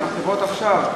עם החברות עכשיו,